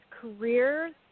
careers